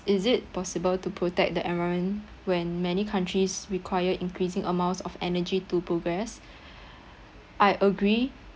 is it possible to protect the environment when many countries require increasing amounts of energy to progress I agree